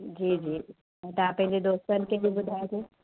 जी जी ऐं तव्हां पंहिंजे दोस्तनि खे बि ॿुधाइजो